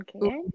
Okay